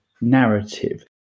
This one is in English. narrative